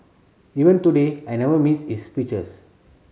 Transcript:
even today I never miss his speeches